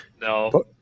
No